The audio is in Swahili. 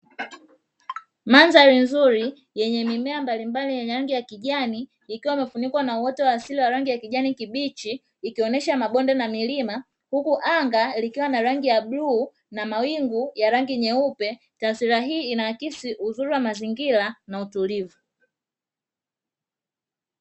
Mandhari nzuri yenye mimea mbalimbali yenye rangi ya kijani, ikiwa imefunikwa na uoto wa asili wa rangi ya kijani kibichi, ikionesha mabonde na milima huku anga likiwa na rangi ya bluu na mawingu ya rangi nyeupe. Taswira hii inaakisi uzuri wa mazingira na utulivu.